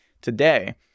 today